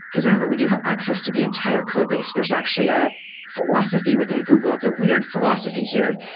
because, remember, we do have access to the entire codebase. there's actually a philosophy within google. it's a weird philosophy here,